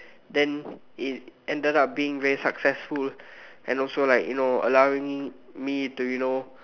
then it ended up being very successful and also like allowing me me to you know